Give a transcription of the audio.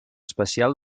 especial